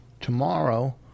Tomorrow